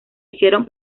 hicieron